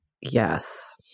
Yes